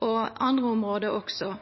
og også andre område.